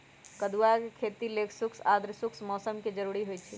कदुआ के खेती लेल शुष्क आद्रशुष्क मौसम कें जरूरी होइ छै